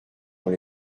dans